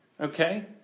Okay